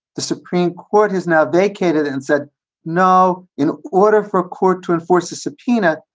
the supreme court has now vacated and said no in order for court to enforce the subpoena.